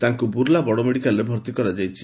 ତାଙ୍କୁ ବୁର୍ଲା ବଡ଼ମେଡିକାଲ୍ରେ ଭର୍ଉ କରାଯାଇଛି